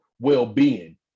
well-being